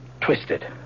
twisted